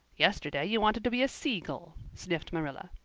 yesterday you wanted to be a sea gull, sniffed marilla.